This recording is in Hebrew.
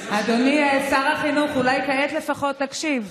אדוני שר החינוך, אולי כעת לפחות תקשיב.